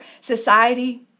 society